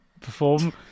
perform